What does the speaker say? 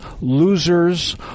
losers